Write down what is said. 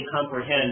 comprehend